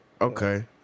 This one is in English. Okay